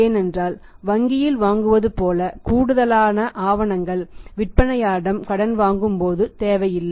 ஏனென்றால் வங்கியில் வாங்குவது போல கூடுதலான ஆவணங்கள் விற்பனையாளரிடம் கடன் வாங்கும்போது தேவையில்லை